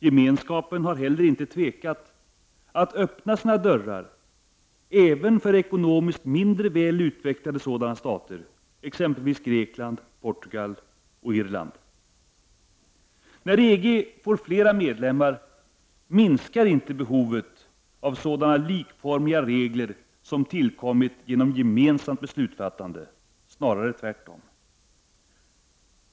Gemenskapen har heller inte tvekat att öppna sina dörrar även för ekonomiskt mindre väl utvecklade sådana stater, exempelvis Grekland, Portugal och Irland. När EG får flera medlemmar minskar inte behovet av sådana likformiga regler som tillkommit genom gemensamt beslutsfattande — snarare tvärtom.